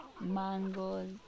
mangoes